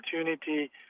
opportunity